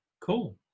cool